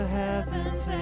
heavens